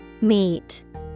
Meet